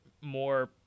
more